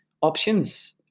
options